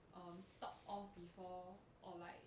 um thought of before or like